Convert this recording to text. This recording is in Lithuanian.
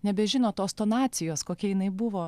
nebežino tos tonacijos kokia jinai buvo